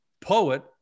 POET